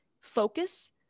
focus